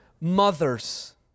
mothers